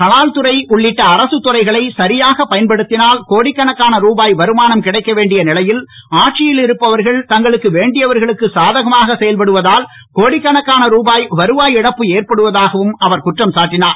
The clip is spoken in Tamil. கலால் துறை உள்ளிட்ட அரசுத் துறைகளை சரியாகப் பயன்படுத்தினால் கோடிக்கணக்கான ரூபாய் வருமானம் கிடைக்க வேண்டிய நிலையில் ஆட்சியில் இருப்பவர்கள் தங்களுக்கு வேண்டியவர்களுக்கு சாதகமாக செயல்படுவதால் கோடிக்கணக்கான ரூபாய் வருவாய் இழப்பு ஏற்படுவதாகவும் அவர் குற்றம் சாட்டினார்